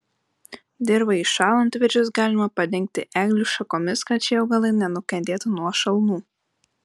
dirvai įšąlant viržius galima padengti eglių šakomis kad šie augalai nenukentėtų nuo šalnų